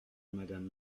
madame